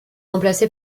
remplacée